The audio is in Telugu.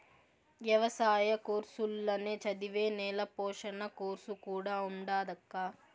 ఎవసాయ కోర్సుల్ల నే చదివే నేల పోషణ కోర్సు కూడా ఉండాదక్కా